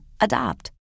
Adopt